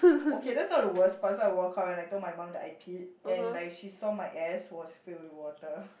okay that's not the worst part so I walked out and I told my mum that I peed and like she saw my ass was filled with water